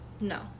No